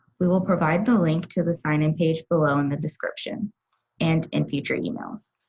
we will provide the link to the sign-in page below in the description and in future emails.